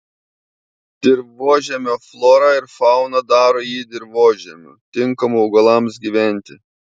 dirvožemio flora ir fauna daro jį dirvožemiu tinkamu augalams gyventi